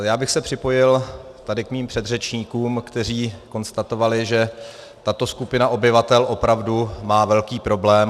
Já bych se připojil tady k mým předřečníkům, kteří konstatovali, že tato skupina obyvatel opravdu má velký problém.